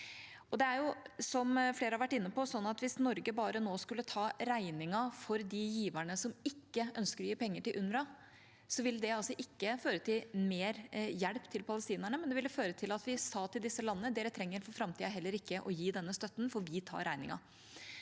seg. Som flere har vært inne på, er det sånn at hvis Norge nå bare skulle ta regningen for de giverne som ikke ønsker å gi penger til UNRWA, ville det ikke føre til mer hjelp til palestinerne. Det ville føre til at vi sa til disse landene at de for framtida heller ikke trenger å gi denne støtten, for vi tar regningen.